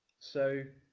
so